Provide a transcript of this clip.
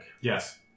yes